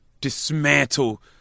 dismantle